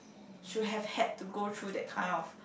should have had to go through that kind of